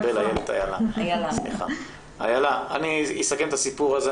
אני אסכם את הסיפור הזה,